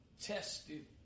tested